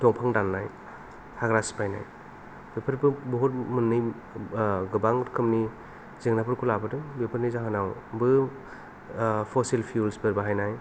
दंफां दाननाय हाग्रा सिफायनाय बेफोरबो बुहुत मोननै गोबां रोखोमनि जेंनाफोरखौ लाबोदों बेफोरनि जाहोनाव बो फसिल प्युलफोर बाहायनाय